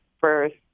first